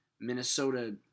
Minnesota